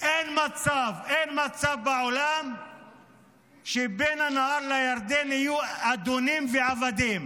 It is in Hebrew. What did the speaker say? אין מצב בעולם שבין הנהר לירדן יהיו אדונים ועבדים.